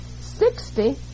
Sixty